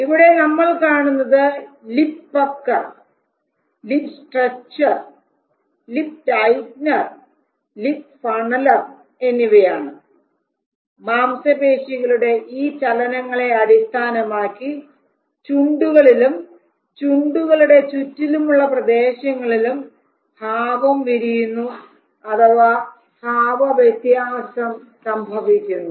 ഇവിടെ നമ്മൾ കാണുന്നത് lip pucker lip stretcher lip tightener lip funneler എന്നിവയാണ് മാംസപേശികളുടെ ഈ ചലനങ്ങളെ അടിസ്ഥാനമാക്കി ചുണ്ടുകളിലും ചുണ്ടുകളുടെ ചുറ്റിലുമുള്ള പ്രദേശങ്ങളിലും ഭാവം വിരിയുന്നു അഥവാ ഭാവവ്യത്യാസം സംഭവിക്കുന്നു